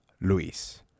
luis